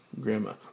Grandma